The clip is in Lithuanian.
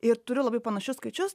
ir turiu labai panašius skaičius